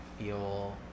feel